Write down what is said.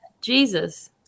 Jesus